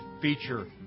feature